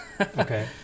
Okay